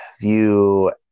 view